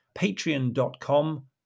patreon.com